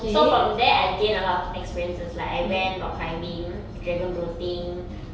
so from there I gained a lot of experiences like I went rock climbing dragon boating